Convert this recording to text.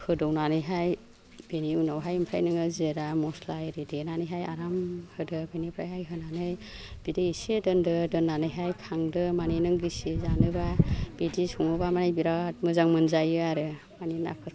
फोदौनानैहाय बेनि उनावहाय ओमफाय नोङो जिरा मस्ला एरि देनानैहाय आराम होदो बेनिफ्रायहाय होनानै बिदै इसे दोनदो दोन्नानैहाय खांदो मानि नों गिसि जानोबा बिदि सङोबा मानि बिराथ मोजां मोनजायो आरो मानि नाफोरखौहाय